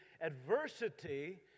adversity